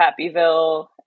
Happyville